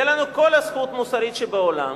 תהיה לנו כל הזכות המוסרית שבעולם